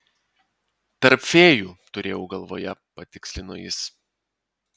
tarp fėjų turėjau galvoje patikslino jis